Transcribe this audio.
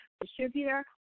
Distributor